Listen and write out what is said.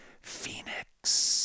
Phoenix